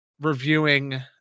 reviewing